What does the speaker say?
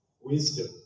wisdom